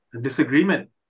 disagreement